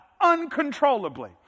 uncontrollably